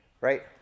right